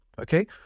okay